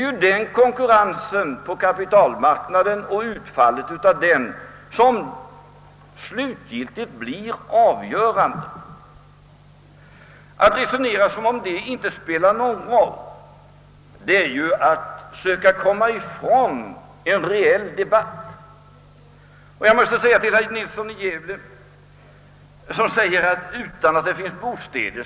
Det är utfallet av denna konkurrens som blir avgörande. Att resonera som om den inte spelar någon roll, är detsamma som att söka undvika en reell debatt. Herr Nilsson i Gävle framhöll att industrien inte kan arbeta utan bostäder.